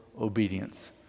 obedience